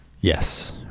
Yes